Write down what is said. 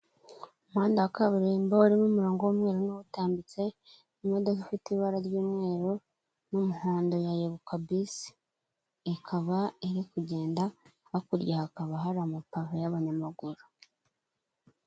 Umuhanda wa kaburimbo, urimo umurongo w'umweru n'utambitse, imodoka ifite ibara ry'umweru, n'umuhondo ya yego kabisi, ikaba iri kugenda, hakurya hakaba hari amapave y'abanyamaguru.